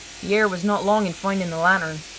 pierre was not long in finding the lantern.